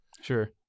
Sure